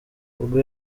ubwo